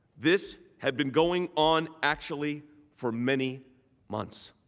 this had been going on actually for many months.